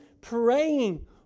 praying